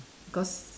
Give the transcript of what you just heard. cause